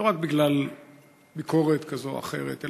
לא רק בגלל ביקורת כזאת או אחרת,